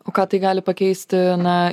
o ką tai gali pakeisti na